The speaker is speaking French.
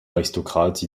aristocrate